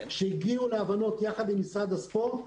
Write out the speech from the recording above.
שהגיעו להבנות יחד עם משרד הספורט.